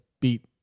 beat